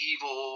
Evil